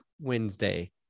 wednesday